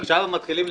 עכשיו הם מתחילים,